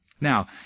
Now